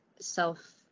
self